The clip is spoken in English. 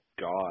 god